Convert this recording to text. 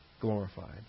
glorified